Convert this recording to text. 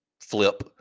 flip